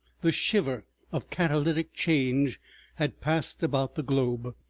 the shiver of catalytic change had passed about the globe.